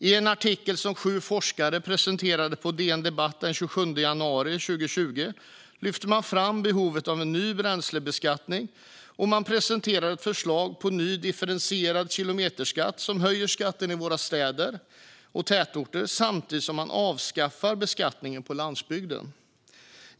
I en artikel som sju forskare presenterade på DN Debatt den 27 januari 2020 lyfter man fram behovet av en ny bränslebeskattning, och man presenterar ett förslag på ny, differentierad kilometerskatt som höjer skatten i våra städer och tätorter samtidigt som beskattningen på landsbygden avskaffas.